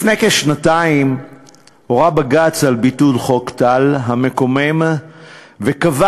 לפני כשנתיים הורה בג"ץ על ביטול חוק טל המקומם וקבע,